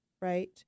right